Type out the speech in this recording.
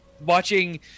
watching